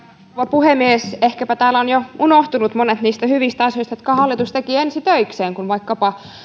puhemies ehkäpä täällä ovat jo unohtuneet monet niistä hyvistä asioista jotka hallitus teki ensi töikseen vaikkapa se että